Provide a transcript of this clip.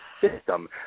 system